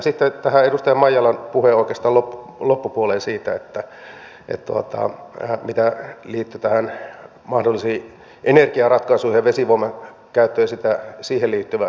sitten tähän edustaja maijalan puheen loppupuoleen siitä mikä liittyi näihin mahdollisiin energiaratkaisuihin ja vesivoiman käyttöön ja siihen liittyvään allasrakentamiseen